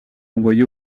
envoyé